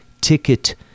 ticket